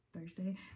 Thursday